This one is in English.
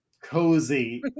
cozy